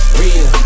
real